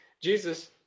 Jesus